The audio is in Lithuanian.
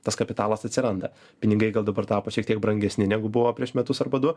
tas kapitalas atsiranda pinigai gal dabar tapo šiek tiek brangesni negu buvo prieš metus arba du